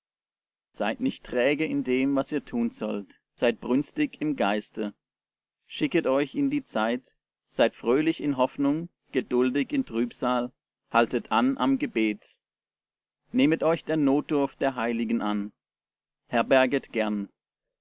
seid nicht träge in dem was ihr tun sollt seid brünstig im geiste schicket euch in die zeit seid fröhlich in hoffnung geduldig in trübsal haltet an am gebet nehmet euch der notdurft der heiligen an herberget gern